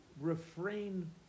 refrain